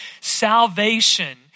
Salvation